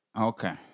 Okay